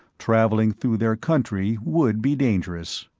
travelling through their country would be dangerous.